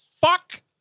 fuck